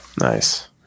Nice